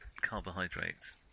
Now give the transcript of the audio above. carbohydrates